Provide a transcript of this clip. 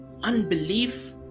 unbelief